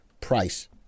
price